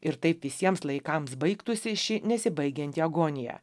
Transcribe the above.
ir taip visiems laikams baigtųsi ši nesibaigianti agonija